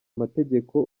amategeko